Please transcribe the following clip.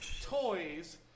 toys